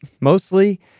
mostly